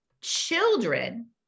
children